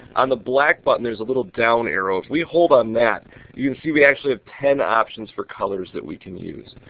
on the black button there is a little down arrow, if we hold on that you can see we actually have ten options for colors that we can use.